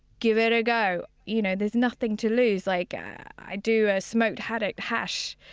give it a go. you know there is nothing to lose like i i do a smoked haddock hash,